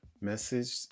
Message